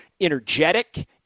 energetic